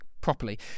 properly